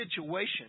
situation